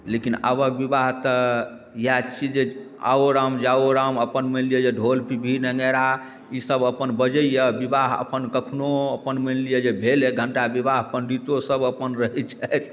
लेकिन आबक बिवाह तऽ इएह छियै जे आओ राम जाओ राम अपन मानि लिऽ जे ढ़ोल पिपही नगाड़ा ई सब अपन बजैय बिवाह अपन कखनो अपन मानि लिऽ जे भेल एक घण्टा बिवाह पण्डितो सब अपन रहै छथि